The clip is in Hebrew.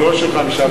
לא של 5.5%,